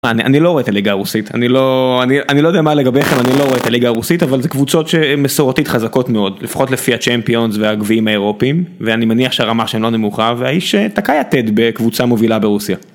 אני לא רואה את הליגה הרוסית, אני לא יודע מה לגביכם, אני לא רואה את הליגה הרוסית, אבל זה קבוצות שהן מסורתית חזקות מאוד, לפחות לפי הצ'מפיונס והגביעים האירופיים, ואני מניח שהרמה שלהן לא נמוכה, והאיש תקע יתד בקבוצה מובילה ברוסיה.